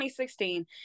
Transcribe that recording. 2016